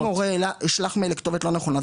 אבל אם הורה שלח מייל לכתובת לא נכונה,